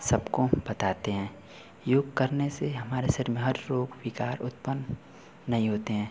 सबको बताते हैं योग करने से हमारे शरीर में हर रोग विकार उत्पन्न नहीं होते हैं